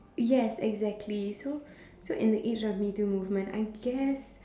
yes exactly so so in the age of MeToo Movement I guess